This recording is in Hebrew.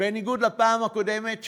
בניגוד לפעם הקודמת.